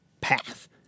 path